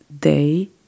day